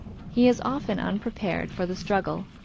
he is often unprepared for the struggle,